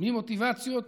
ממוטיבציות